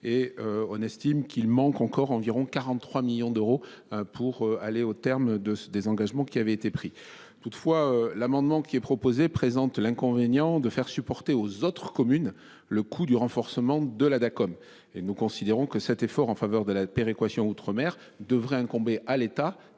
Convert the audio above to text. Nous estimons qu’il manque encore 43 millions d’euros pour aller au terme des engagements qui ont été pris. Toutefois, le dispositif proposé présente l’inconvénient de faire supporter aux autres communes le coût du renforcement de la Dacom. Pour notre part, nous considérons que cet effort en faveur de la péréquation outre mer devrait incomber à l’État.